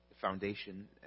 foundation